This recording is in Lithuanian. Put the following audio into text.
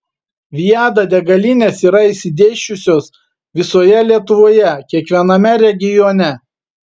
viada degalinės yra išsidėsčiusios visoje lietuvoje kiekviename regione